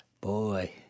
Boy